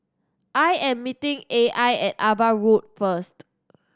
I am meeting A I at Ava Road first